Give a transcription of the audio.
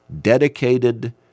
dedicated